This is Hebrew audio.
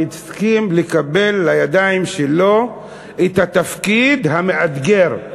שהסכים לקבל לידיים שלו את התפקיד המאתגר.